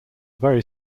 very